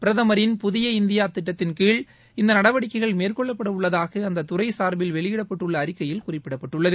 பிரதமரின் புதிய இந்தியா திட்டத்தின்கீழ் இந்த நடவடிக்கைகள் மேற்கொள்ளப்படவுள்ளதாக அந்த துறை சார்பில் வெளியிடப்பட்டுள்ள அறிக்கையில் குறிப்பிடப்பட்டுள்ளது